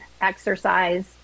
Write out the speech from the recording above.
exercise